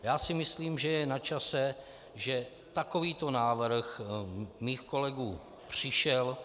Já si myslím, že je načase, že takovýto návrh mých kolegů přišel.